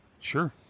Sure